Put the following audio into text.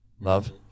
Love